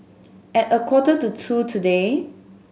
at a quarter to two today